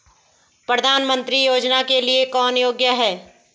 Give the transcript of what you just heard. प्रधानमंत्री योजना के लिए कौन योग्य है?